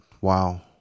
Wow